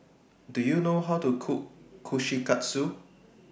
Do YOU know How to Cook Kushikatsu